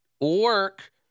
work